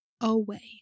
away